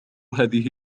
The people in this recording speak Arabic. هذه